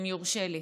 אם יורשה לי,